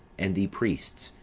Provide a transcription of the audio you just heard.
and the priests,